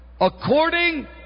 According